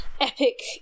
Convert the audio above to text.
epic